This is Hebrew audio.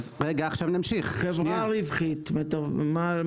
חברה רווחית, מה הבעיה?